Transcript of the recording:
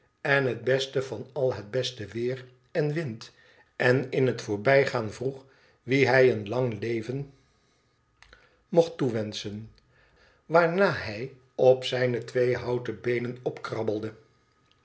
en het beste van al het beste weer en wind en in het voorbijgaan vroeg wie hij een lang leven mocht toewenschen waarna hij op zijne twee houten beenen opkrabbelde